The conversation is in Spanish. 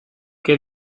que